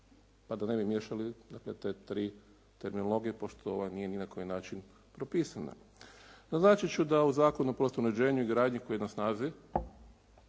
pa da ne bi miješali te tri terminologije pošto ova nije ni na koji načini propisana. Naznačit ću da u Zakonu o prostornom uređenju i gradnji koji je na snazi